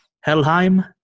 Helheim